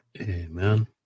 Amen